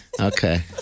Okay